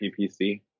PPC